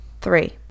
Three